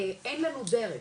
אין לנו דרך